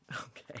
Okay